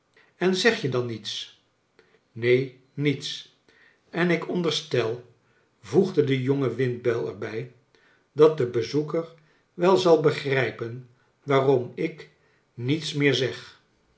en zeg je dan niets neen niets en ik onderstel voegde de jonge windbuil er bij dat de bezoeker wel zal begrijpen waarom ik niets meer zeg